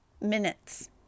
minutes